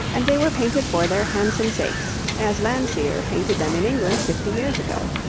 and they were painted for their handsome sakes, as landseer painted them in england fifty years ago.